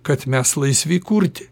kad mes laisvi kurti